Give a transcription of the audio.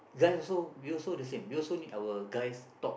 guys also we also the same we also need our guys talk